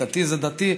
דתי זה דתי,